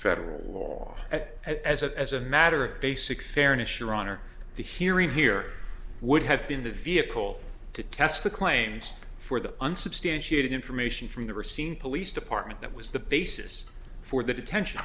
federal law as it as a matter of basic fairness your honor the hearing here would have been the vehicle to test the claims for the unsubstantiated information from the racine police department that was the basis for the detention